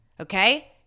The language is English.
Okay